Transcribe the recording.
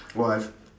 !wah! I